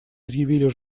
изъявили